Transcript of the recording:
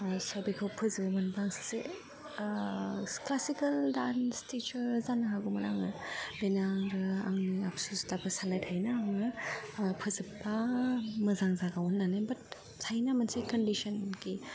स' बेखौ फोजोबनाय बासो क्लासिकेल डान्स टिचार जानो हागौ मोन आङो बेनो आरो आंनि आफसुस दाबो सानबाय थायो ना आङो फोजोबबा मोजां जागौमोन होननानै बाट थायोना मोनसे कनडिशन कि